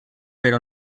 però